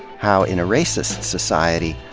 how, in a racist society,